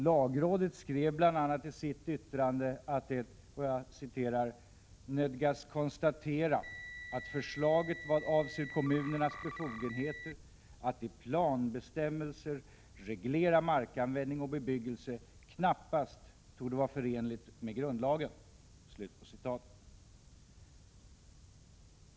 Lagrådet skrev bl.a. i sitt yttrande att det ”nödgas konstatera att förslaget vad avser kommunernas befogenheter att i planbestämmelser reglera markanvändning och bebyggelse knappast torde vara förenligt med grundlagen”.